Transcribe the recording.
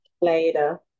Later